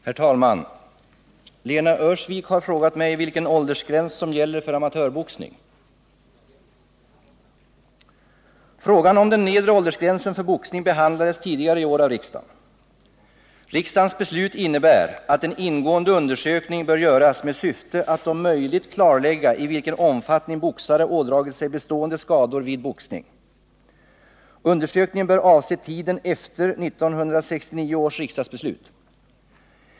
Herr talman! Lena Öhrsvik har frågat mig vilken åldersgräns som gäller för amatörboxning. Frågan om den nedre åldersgränsen för boxning behandlades tidigare i år av riksdagen . Riksdagens beslut innebär att en ingående undersökning bör göras med syfte att om möjligt klarlägga i vilken omfattning boxare ådragit sig bestående skador vid boxning. Undersökningen bör avse tiden efter 1969 års riksdagsbeslut.